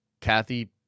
Kathy